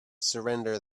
surrender